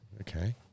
okay